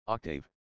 Octave